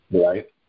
right